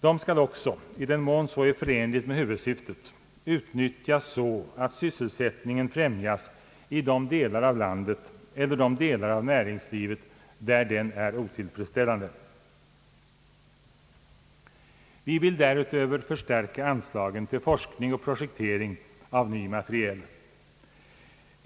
De skall också i den mån så är förenligt med huvudsyftet utnyttjas så, att sysselsättningen främjas i de delar av landet eller de delar av näringslivet där den är otillfredsställande. Vi vill därutöver förstärka anslagen till forskning och projektering av ny materiel.